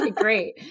Great